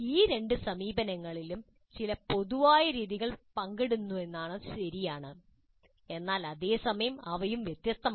ഈ രണ്ട് സമീപനങ്ങളും ചില പൊതുവായ രീതികൾ പങ്കിടുന്നുവെന്നത് ശരിയാണ് എന്നാൽ അതേ സമയം അവയും വ്യത്യസ്തമാണ്